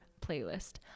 playlist